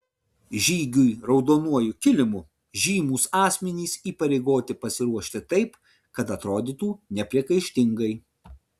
žygiui raudonuoju kilimu žymūs asmenys įpareigoti pasiruošti taip kad atrodytų nepriekaištingai